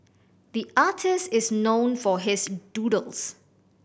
the artist is known for his doodles